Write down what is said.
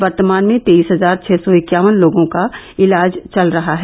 वर्तमान में तेईस हजार छ सौ इक्यावन लोगों का इलाज चल रहा है